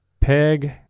peg